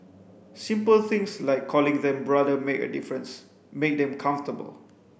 simple things like calling them brother make a difference make them comfortable